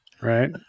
Right